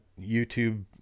YouTube